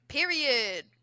Period